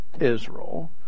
Israel